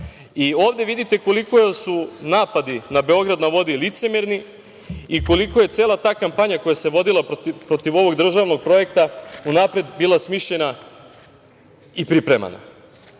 uradio. Ovde vidite koliko su napadi na „Beograd na vodi“ licemerni i koliko je cela ta kampanja koja se vodila protiv ovog državnog projekta unapred bila smišljena i pripremana.